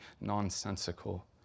nonsensical